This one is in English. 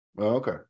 okay